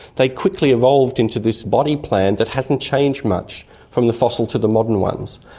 they quickly evolved into this body plan that hasn't changed much from the fossil to the modern ones.